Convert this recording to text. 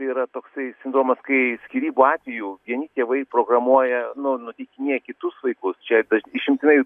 yra toksai sindromas kai skyrybų atveju vieni tėvai programuoja nu teikinėja kitus vaikus čia išimtinai